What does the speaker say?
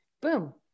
Boom